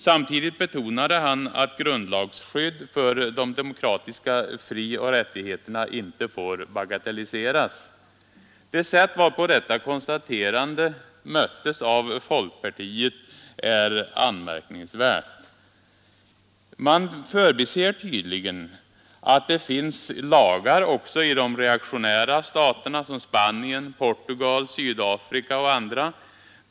Samtidigt betonade han att grundlagsskydd för de demokratiska frioch rättigheterna inte får bagatelliseras. Det sätt varpå detta konstaterande möttes av folkpartiet är anmärkningsvärt. Man förbiser tydligen att det finns lagar också i de reaktionära staterna som Spanien, Portugal, Sydafrika och andra.